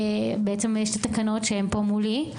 התקנות פה מולי,